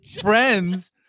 friends